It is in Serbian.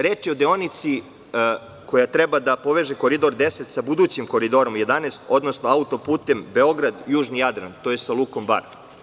Reč je o deonici koja treba da poveže Koridor 10 sa budućim Koridorom 11, odnosno autoputom Beograd – Južni Jadran, tj. sa lukom Bar.